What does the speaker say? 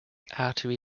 artery